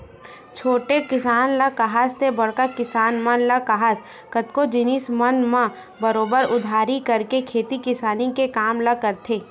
छोटे किसान ल काहस ते बड़का किसान मन ल काहस कतको जिनिस मन म बरोबर उधारी करके खेती किसानी के काम ल करथे